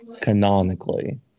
Canonically